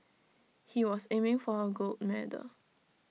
he was aiming for A gold medal